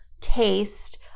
taste